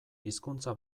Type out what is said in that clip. hizkuntza